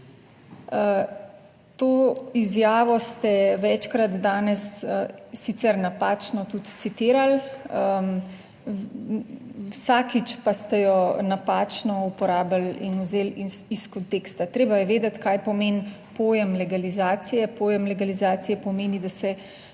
To izjavo ste večkrat danes sicer napačno tudi citirali, vsakič pa ste jo napačno uporabili in vzeli iz konteksta. Treba je vedeti, kaj pomeni pojem legalizacije. Pojem legalizacije pomeni, da se